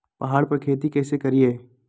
पहाड़ पर खेती कैसे करीये?